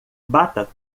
bata